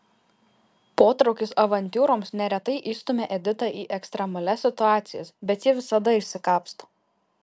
potraukis avantiūroms neretai įstumia editą į ekstremalias situacijas bet ji visada išsikapsto